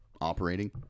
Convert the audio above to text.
operating